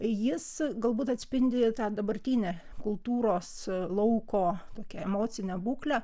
jis galbūt atspindi dabartinę kultūros lauko tokią emocinę būklę